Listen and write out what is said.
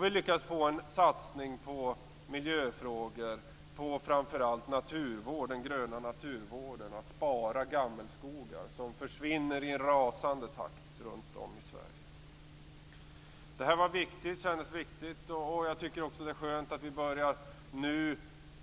Vi lyckades få en satsning på miljöfrågor - framför allt på den gröna naturvården och på att spara gammelskogar som försvinner i en rasande takt runtom i Sverige. Detta kändes viktigt. Jag tycker också att det är skönt att vi nu börjar